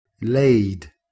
laid